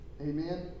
Amen